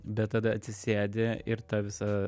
bet tada atsisėdi ir ta visa